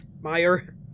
Meyer